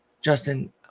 Justin